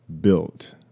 built